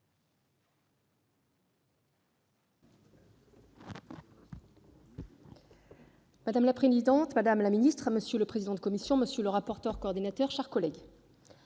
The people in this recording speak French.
Madame la présidente, madame la ministre, monsieur le président de la commission, monsieur le rapporteur, mes chers collègues,